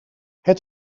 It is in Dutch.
het